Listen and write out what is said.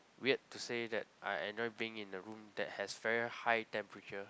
weird to say that I enjoy being in a room that has very high temperature